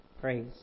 praise